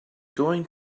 going